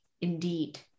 Indeed